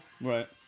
Right